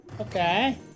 Okay